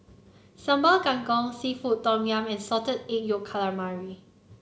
Sambal Kangkong seafood Tom Yum and Salted Egg Yolk Calamari